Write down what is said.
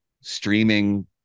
streaming